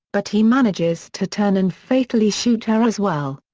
but he manages to turn and fatally shoot her as well.